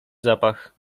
zapach